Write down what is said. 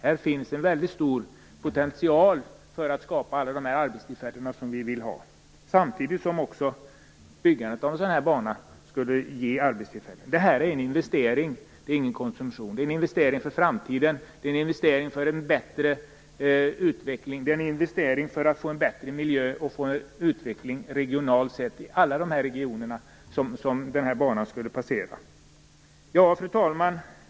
Här finns en mycket stor potential för att skapa alla de arbetstillfällen som vi vill ha, samtidigt som byggandet av en sådan här bana skulle ge arbetstillfällen. Detta är en investering, inte en konsumtion. Det är en investering för framtiden. Det är en investering för att få en bättre miljö och en utveckling i alla de regioner som banan skulle passera. Fru talman!